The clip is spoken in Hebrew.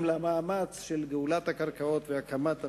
למאמץ של גאולת הקרקעות והקמת המדינה.